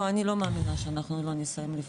לא אני לא מאמינה שאנחנו לא נסיים לפני,